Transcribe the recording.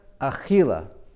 Achila